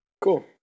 Cool